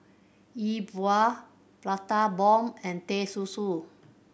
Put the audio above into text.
E Bua Prata Bomb and Teh Susu